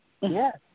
Yes